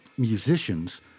musicians